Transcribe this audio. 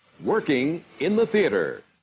working in the theatre